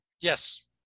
Yes